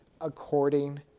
according